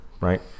right